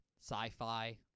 sci-fi